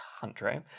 country